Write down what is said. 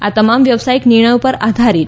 આ તમામ વ્યવસાયિક નિર્ણયો પર આધારીત છે